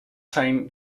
zijn